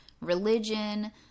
religion